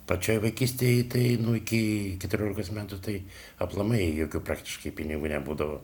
pačioj vaikystėj tai einu iki keturiolikos metų tai aplamai jokių praktiškai pinigų nebūdavo